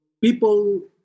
people